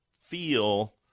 feel